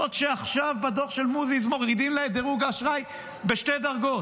זאת שעכשיו בדוח של מודי'ס מורידים לה את דירוג האשראי בשתי דרגות,